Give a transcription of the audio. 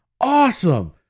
Awesome